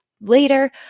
later